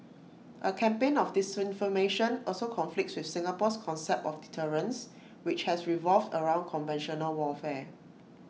A campaign of disinformation also conflicts with Singapore's concept of deterrence which has revolved around conventional warfare